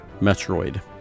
Metroid